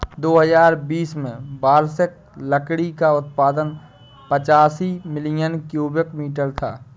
दो हजार बीस में वार्षिक लकड़ी का उत्पादन पचासी मिलियन क्यूबिक मीटर था